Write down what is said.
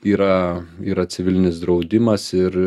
yra yra civilinis draudimas ir